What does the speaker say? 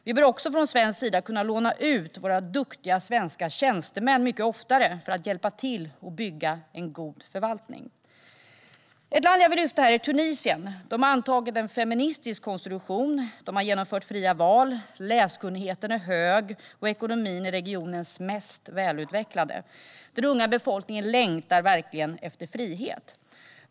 Vi bör också från svensk sida kunna låna ut våra duktiga svenska tjänstemän mycket oftare för att hjälpa till att bygga en god förvaltning. Ett land som jag vill lyfta fram är Tunisien. De har antagit en feministisk konstitution, de har genomfört fria val, de har en stor läskunnighet och de har en av regionens mest välutvecklade ekonomier. Den unga befolkningen längtar verkligen efter frihet.